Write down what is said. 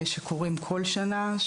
שקורים בכל שנה,